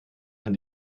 kann